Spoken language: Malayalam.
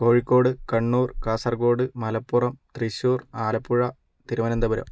കോഴിക്കോട് കണ്ണൂർ കാസർഗോഡ് മലപ്പുറം തൃശ്ശൂർ ആലപ്പുഴ തിരുവനന്തപുരം